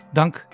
dank